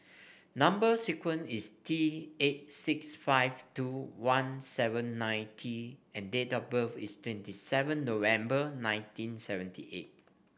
number sequence is T eight six five two one seven nine T and date of birth is twenty seven November nineteen seventy eight